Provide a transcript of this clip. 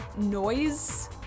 noise